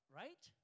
right